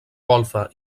golfa